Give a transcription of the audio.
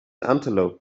antelope